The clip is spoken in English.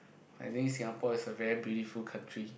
I think Singapore is a very beautiful country